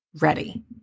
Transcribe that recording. ready